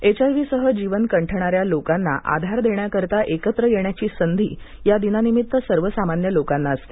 एचआयवीसह जीवन कंठणाऱ्या लोकांना आधार देण्याकरिता एकत्र येण्याची संधी या दिनानिमित्त सर्वसामान्य लोकांना असते